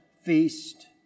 feast